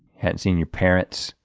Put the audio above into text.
hadn't seen your parents.